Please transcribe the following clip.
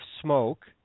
smoke